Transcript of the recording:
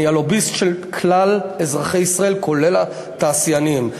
אני הלוביסט של כלל אזרחי ישראל, כולל התעשיינים.